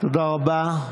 תודה רבה.